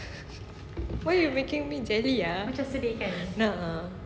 why you making me jelly ah a'ah